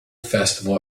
festival